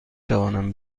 توانم